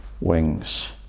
wings